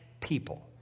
people